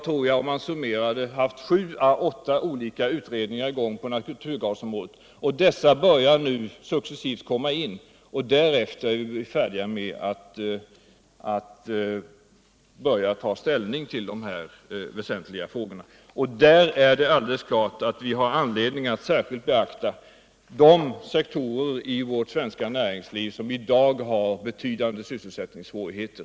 tror jag, haft sju å åtta olika utredningar i gång på naturgasområdet, och resultaten från dem börjar nu successivt komma in. Därefter kan vi ta ställning till dessa väsentliga frågor. Det är alldeles klart att vi har anledning att i ett sådant beslut särskilt beakta de sektorer i vårt svenska näringsliv som i dag har betydande sysselsättningssvårigheter.